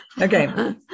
Okay